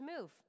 move